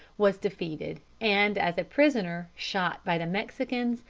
was defeated and as a prisoner shot by the mexicans,